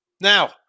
Now